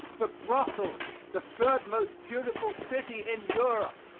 for brussels, the third most beautiful city in europe!